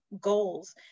goals